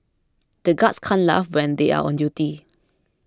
the guards can't laugh when they are on duty